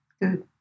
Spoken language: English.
good